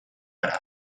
gara